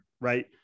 right